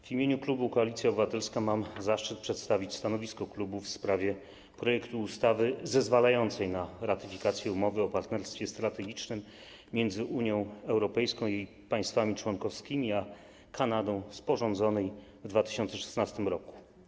W imieniu klubu Koalicja Obywatelska mam zaszczyt przedstawić stanowisko klubu wobec projektu ustawy zezwalającej na ratyfikację umowy o partnerstwie strategicznym między Unią Europejską i państwami członkowskimi a Kanadą sporządzonej w 2016 r.